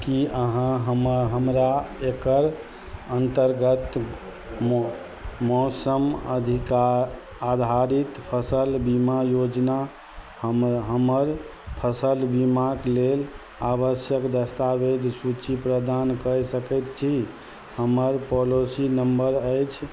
की अहाँ हम हमरा एकर अन्तर्गत मौ मौसम अधिकार आधारित फसल बीमा योजना हम हमर फसल बीमाक लेल आवश्यक दस्तावेज सूची प्रदान कय सकैत छी हमर पॉलोसी नंबर अछि